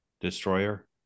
Destroyer